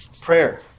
Prayer